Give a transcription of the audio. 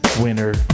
Winner